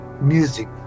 music